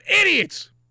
idiots